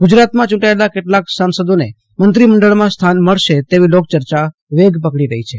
ગુજરાતમાં ચુંટાયેલા કેટલાક સાંસદોને મંત્રી મંડળમાં સ્થાન મળશે તેવી લોકચર્ચા વેગ પકડી રહી છે